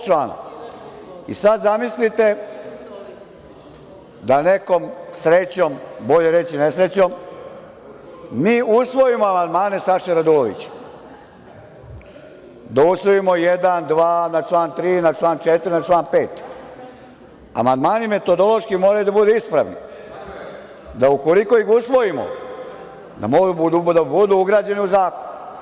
Sada zamislite da nekom srećom, bolje reći nesrećom, mi usvojimo amandmane Saše Radulovića, da usvojimo 1, 2, na član 3, na član 4, na član 5. Amandmani metodološki moraju da budu ispravni, da ukoliko ih usvojimo moraju da budu ugrađeni u zakon.